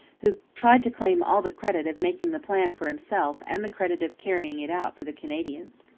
who tried to claim all the credit of making the plan for himself and the credit of carrying it out for the canadians.